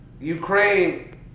Ukraine